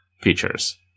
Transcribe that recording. features